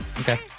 Okay